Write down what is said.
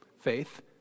Faith